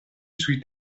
sui